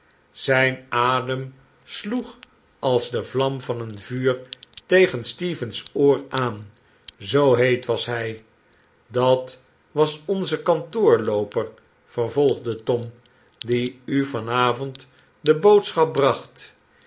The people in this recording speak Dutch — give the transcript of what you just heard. zijn adem sloeg als de vlam van een vuur tegen stephen's oor aan zoo heet was hij dat was onze kantoorlooper ver volgde tom die u van avond de boodschap bracht